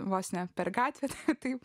vos ne per gatvę ir taip